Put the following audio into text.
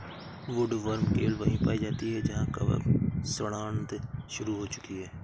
woodworm केवल वहीं पाई जाती है जहां कवक सड़ांध शुरू हो चुकी है